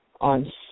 on